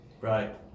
Right